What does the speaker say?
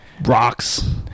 rocks